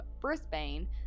Brisbane